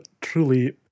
truly